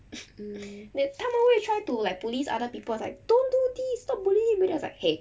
then 他们会 try to like bullies other peoples like don't do this stop bullying him already then I was like !hey!